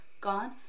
gone